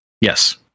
Yes